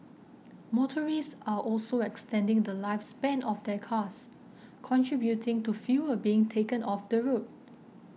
motorists are also extending the lifespan of their cars contributing to fewer being taken off the road